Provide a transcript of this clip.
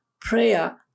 prayer